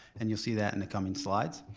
and you'll see that in the coming slides.